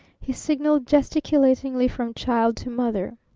he signaled gesticulatingly from child to mother.